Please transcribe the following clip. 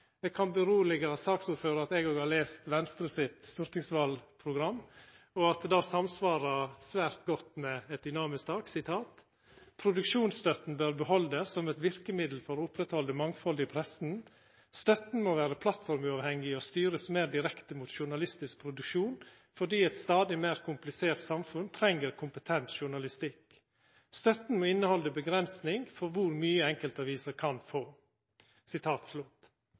Eg kan roa saksordføraren med at eg òg har lese Venstre sitt stortingsvalprogram, og at det samsvarar svært godt med eit dynamisk tak: «Produksjonsstøtten bør beholdes som et virkemiddel for å opprettholde mangfold i pressen. Støtten må være plattformuavhengig og styres mer direkte inn mot journalistisk produksjon fordi et stadig mer komplisert samfunn trenger mer kompetent journalistikk. Støtten må inneholde en begrensning for hvor mye enkeltaviser kan få.»